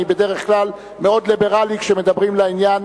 אני בדרך כלל מאוד ליברלי כשמדברים לעניין,